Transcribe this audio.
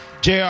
JR